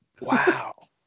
Wow